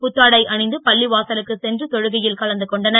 புத்தாடை அணிந்து பள்ளிவாசலுக்குச் சென்று தொழுகை ல் கலந்து கொண்டனர்